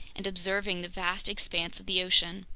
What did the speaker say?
and observing the vast expanse of the ocean.